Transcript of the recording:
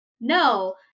no